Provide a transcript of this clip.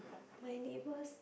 my neighbours